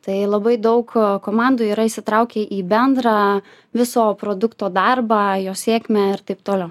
tai labai daug komandų yra įsitraukė į bendrą viso produkto darbą jo sėkmę ir taip toliau